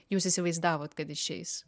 jūs įsivaizdavot kad išeis